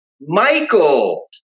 Michael